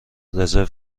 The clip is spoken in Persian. رزرو